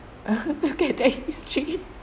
okay that is three